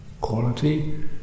quality